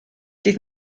dydd